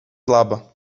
laba